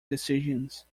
decisions